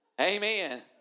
Amen